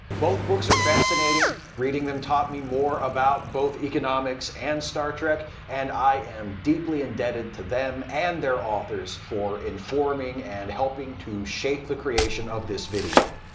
both books are fascinating, reading them taught me more about both economics and star trek, and i am deeply indebted to them and their authors for informing and helping to shape the creation of this video.